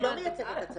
היא לא מייצגת את הצבא.